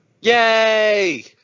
Yay